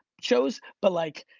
shows but like